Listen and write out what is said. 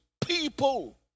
people